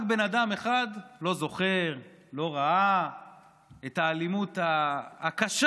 רק בן אדם אחד לא זוכר, לא ראה את האלימות הקשה.